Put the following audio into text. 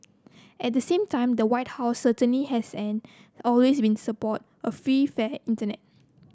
at the same time the White House certainly has and always win support a free fair Internet